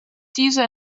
dieser